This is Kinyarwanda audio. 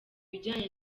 bijyanye